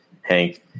Hank